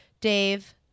Dave